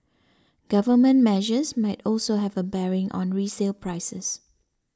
government measures might also have a bearing on resale prices